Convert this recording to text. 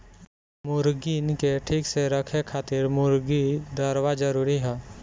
मुर्गीन के ठीक से रखे खातिर मुर्गी दरबा जरूरी हअ